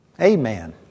Amen